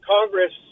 congress